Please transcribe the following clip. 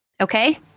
Okay